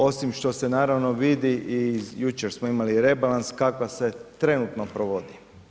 Osim što se naravno vidi i jučer smo imali rebalans kakva se trenutno provodi.